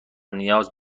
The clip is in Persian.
نیاز